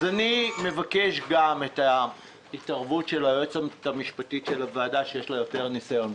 אני מבקש את התערבות היועצת המשפטית של הוועדה שיש לה יותר ניסיון,